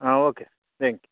ಹಾಂ okay thank you